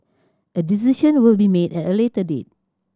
a decision will be made at a later date